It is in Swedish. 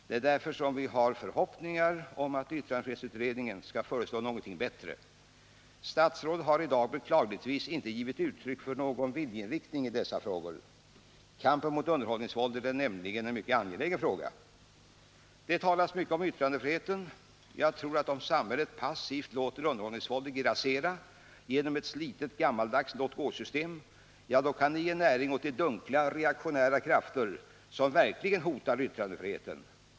Det är därför som vi har förhoppningar om att yttrandefrihetsutredningen skall föreslå något bättre. Statsrådet har i dag beklagligtvis inte givit uttryck för någon viljeinriktning i dessa frågor. Kampen mot underhållningsvåldet är nämligen en mycket angelägen fråga. Det talas mycket om yttrandefriheten. Jag tror att om samhället passivt låter underhållningsvåldet grassera genom ett slitet gammaldags låt-gåsystem — ja, då kan det ge näring åt de dunkla reaktionära krafter som verkligen hotar yttrandefriheten.